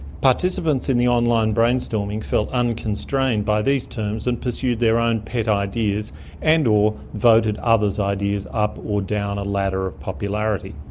participants in the online brainstorming felt unconstrained by these terms and pursued their own pet ideas and or voted others' ideas up or down a ladder of popularity.